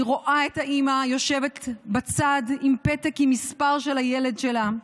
אני רואה את האימא יושבת בצד עם פתק עם מספר של הילד שלה,